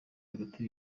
hagati